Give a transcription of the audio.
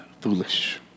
foolish